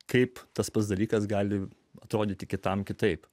kaip tas pats dalykas gali atrodyti kitam kitaip